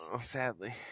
Sadly